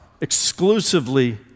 exclusively